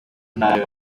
cry